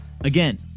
Again